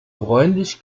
bräunlich